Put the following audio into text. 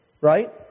Right